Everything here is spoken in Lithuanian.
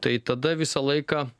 tai tada visą laiką